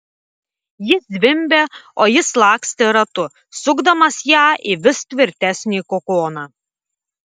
ji zvimbė o jis lakstė ratu sukdamas ją į vis tvirtesnį kokoną